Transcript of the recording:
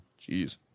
Jeez